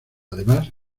además